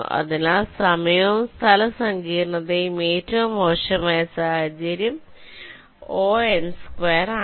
അതിനാൽ സമയവും സ്ഥല സങ്കീർണ്ണതയും ഏറ്റവും മോശമായ സാഹചര്യത്തിൽ Ο ആണ്